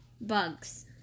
bugs